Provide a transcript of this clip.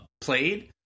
played